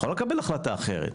יכולה להתקבל החלטה אחרת.